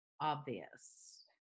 obvious